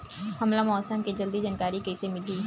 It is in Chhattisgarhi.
हमला मौसम के जल्दी जानकारी कइसे मिलही?